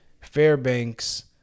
Fairbanks